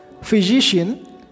physician